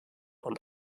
und